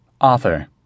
Author